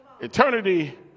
Eternity